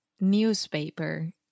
newspaper